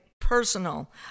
personal